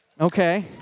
Okay